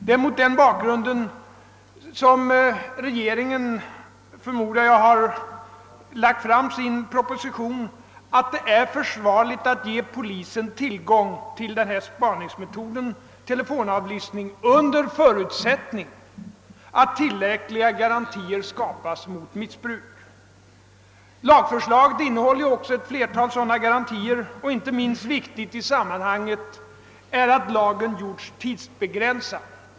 Det är mot den bakgrunden som regeringen, förmodar jag, har lagt fram sin proposition, då den funnit det försvarligt att ge polisen till gång till denna spaningsmetod, telefonavlyssning, under. förutsättning att tillräckliga garantier skapas mot missbruk. Lagförslaget innehåller också ett flertal sådana garantier. Inte minst viktigt i sammanhanget är att lagen görs tidsbegränsad.